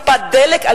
טיפת דלק,